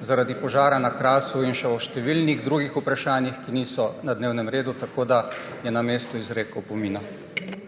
zaradi požara na Krasu in še o številnih drugih vprašanjih, ki niso na dnevnem redu, tako da je na mestu izrek opomina.